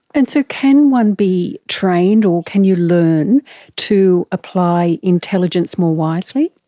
and so can one be trained or can you learn to apply intelligence more wisely?